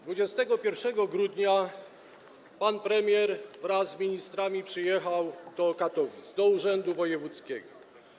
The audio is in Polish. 21 grudnia pan premier wraz z ministrami przyjechał do Katowic, do urzędu wojewódzkiego.